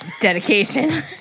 dedication